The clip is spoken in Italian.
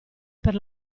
per